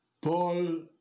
Paul